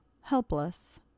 helpless